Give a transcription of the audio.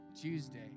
Tuesday